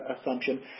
assumption